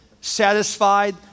satisfied